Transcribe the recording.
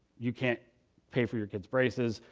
you can't pay for your kid's braces.